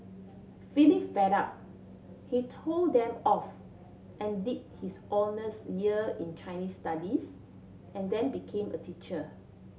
feeling fed up he told them off and did his honours year in Chinese Studies and then became a teacher